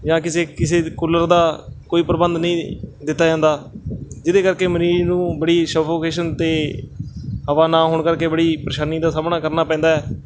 ਜਾਂ ਕਿਸੇ ਕਿਸੇ ਕੁੱਲਰ ਦਾ ਕੋਈ ਪ੍ਰਬੰਧ ਨਹੀਂ ਦਿੱਤਾ ਜਾਂਦਾ ਜਿਹਦੇ ਕਰਕੇ ਮਰੀਜ਼ ਨੂੰ ਬੜੀ ਸਫੋਕੇਸ਼ਨ ਅਤੇ ਹਵਾ ਨਾ ਹੋਣ ਕਰਕੇ ਬੜੀ ਪਰੇਸ਼ਾਨੀ ਦਾ ਸਾਹਮਣਾ ਕਰਨਾ ਪੈਂਦਾ ਹੈ